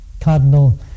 Cardinal